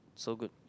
so good